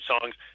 songs